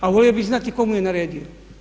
A volio bih znati tko mu je naredio.